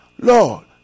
Lord